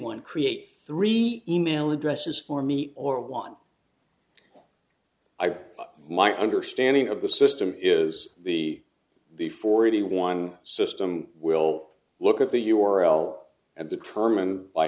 one create three email addresses for me or one i put my understanding of the system is the the forty one system will look at the u r l and determine by